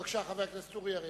בבקשה, חבר הכנסת אורי אריאל.